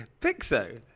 Pixo